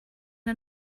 der